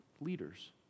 leaders